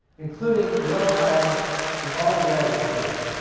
including yale college and all the graduate schools.